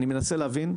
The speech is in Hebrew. אני מנסה להבין.